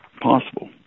possible